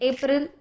April